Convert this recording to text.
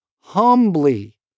Humbly